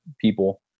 people